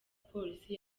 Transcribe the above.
polisi